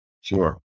Sure